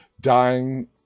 dying